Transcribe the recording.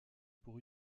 pour